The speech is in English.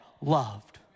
loved